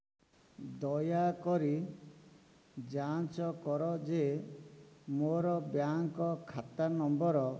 ଦୟାକରି ଯାଞ୍ଚ କର ଯେ ମୋର ବ୍ୟାଙ୍କ୍ ଖାତା ନମ୍ବର